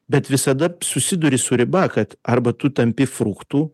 bet visada susiduri su riba kad arba tu tampi fruktu